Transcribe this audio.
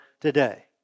today